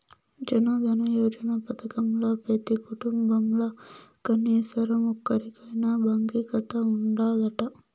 జనదన యోజన పదకంల పెతీ కుటుంబంల కనీసరం ఒక్కోరికైనా బాంకీ కాతా ఉండాదట